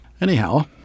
Anyhow